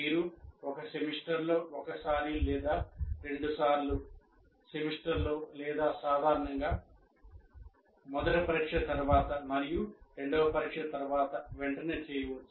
మీరు ఒక సెమిస్టర్లో ఒకసారి లేదా రెండుసార్లు సెమిస్టర్లో లేదా సాధారణంగా మొదటి పరీక్ష తర్వాత మరియు రెండవ పరీక్ష తర్వాత వెంటనే చేయవచ్చు